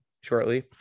shortly